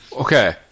Okay